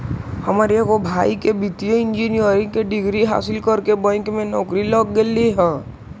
हमर एगो भाई के वित्तीय इंजीनियरिंग के डिग्री हासिल करके बैंक में नौकरी लग गेले हइ